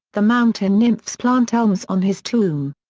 the mountain nymphs plant elms on his tomb.